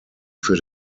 für